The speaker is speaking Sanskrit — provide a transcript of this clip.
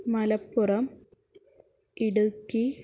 मलप्पुरम् इडुक्कि